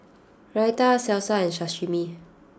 Raita Salsa and Sashimi